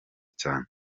cyane